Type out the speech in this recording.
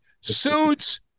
Suits